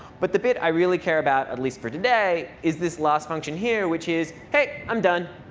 but the bit. i really care about, at least for today, is this last function here which is hey, i'm done.